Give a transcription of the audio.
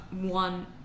one